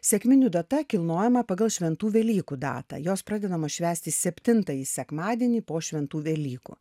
sekminių data kilnojama pagal šventų velykų datą jos pradedama švęsti septintąjį sekmadienį po šventų velykų